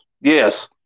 Yes